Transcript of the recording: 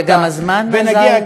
וגם הזמן נגמר.